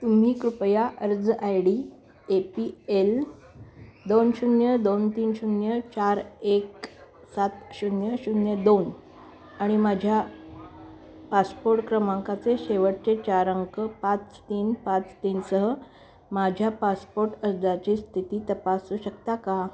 तुम्ही कृपया अर्ज I D A P L दोन शून्य दोन तीन शून्य चार एक सात शून्य शून्य दोन आणि माझ्या पासपोर्ट क्रमांकाचे शेवटचे चार अंक पाच तीन पाच तीनसह माझ्या पासपोर्ट अर्जाची स्थिती तपासू शकता का